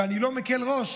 ואני לא מקל ראש,